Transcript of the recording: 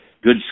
good